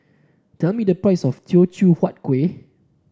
tell me the price of Teochew Huat Kueh